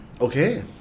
okay